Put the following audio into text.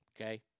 okay